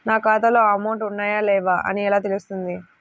నా ఖాతాలో అమౌంట్ ఉన్నాయా లేవా అని ఎలా తెలుస్తుంది?